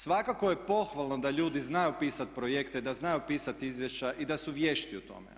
Svakako je pohvalno da ljudi znaju pisati projekte, da znaju pisati izvješća i da su vješti u tome.